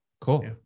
Cool